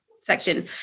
section